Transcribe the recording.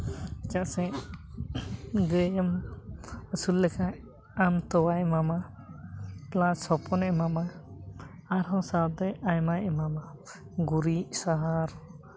ᱪᱮᱫᱟᱜ ᱥᱮ ᱜᱟᱹᱭ ᱮᱢ ᱟᱹᱥᱩᱞ ᱞᱮᱠᱷᱟᱱ ᱟᱢ ᱛᱚᱣᱟᱭ ᱮᱢᱟᱢᱟ ᱯᱞᱟᱥ ᱦᱚᱯᱚᱱᱮ ᱮᱢᱟᱢᱟ ᱟᱨᱦᱚᱸ ᱥᱟᱶᱛᱮ ᱟᱭᱢᱟᱭ ᱮᱢᱟᱢᱟᱭ ᱜᱩᱨᱤᱡ ᱥᱟᱨ